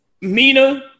Mina